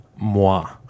Moi